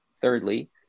Thirdly